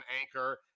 Anchor